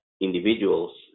individuals